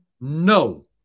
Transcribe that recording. No